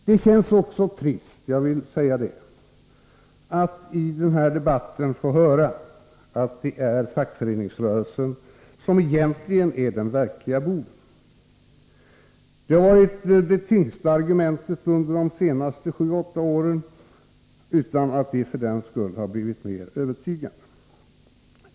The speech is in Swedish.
Det känns också trist att i den här debatten få höra att det är fackföreningsrörelsen som egentligen är den verkliga boven. Det har varit det tyngsta argumentet under de senaste sju åtta åren utan att vi för den skull har blivit mera övertygade.